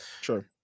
Sure